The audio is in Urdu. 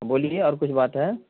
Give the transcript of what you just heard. بولیے اور کچھ بات ہے